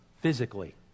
physically